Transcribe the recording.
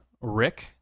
Rick